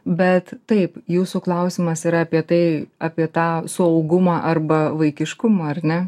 bet taip jūsų klausimas yra apie tai apie tą saugumą arba vaikiškumą ar ne